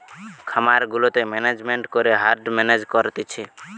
খামার গুলাতে ম্যানেজমেন্ট করে হার্ড মেনেজ করতিছে